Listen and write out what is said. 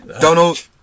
Donald